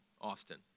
Austin